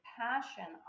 passion